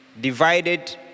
divided